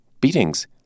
beatings